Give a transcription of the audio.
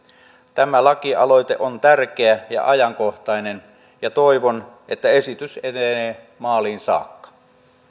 tämä lakialoite on tärkeä ja ajankohtainen ja toivon että esitys etenee maaliin saakka